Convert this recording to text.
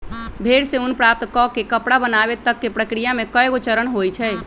भेड़ से ऊन प्राप्त कऽ के कपड़ा बनाबे तक के प्रक्रिया में कएगो चरण होइ छइ